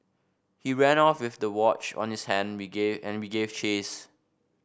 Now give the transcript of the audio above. he ran off with the watch on his hand we gave and we gave chase